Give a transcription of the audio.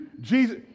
Jesus